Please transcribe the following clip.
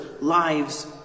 lives